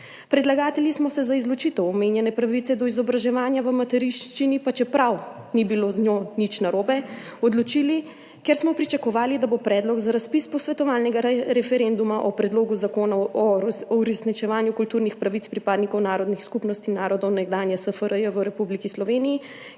Predlagatelji smo se za izločitev omenjene pravice do izobraževanja v materinščini, pa čeprav ni bilo z njo nič narobe, odločili, ker smo pričakovali, da bo predlog za razpis posvetovalnega referenduma o Predlogu zakona o uresničevanju kulturnih pravic pripadnikov narodnih skupnosti narodov nekdanje SFRJ v Republiki Sloveniji,